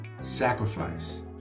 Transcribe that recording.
sacrifice